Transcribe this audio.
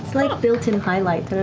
like built-in highlighter,